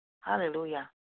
Hallelujah